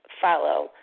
follow